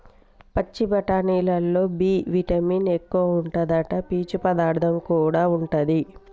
పచ్చి బఠానీలల్లో B vitamin ఎక్కువుంటాదట, పీచు పదార్థం కూడా ఉంటది